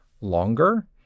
longer